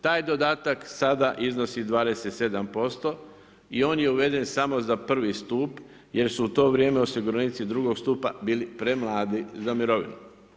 Taj dodatak sada iznosi 27% i on je uveden samo za I stup jer su u to vrijeme osiguranici drugog stupa bili premladi za mirovinu.